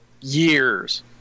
years